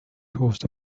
caused